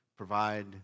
provide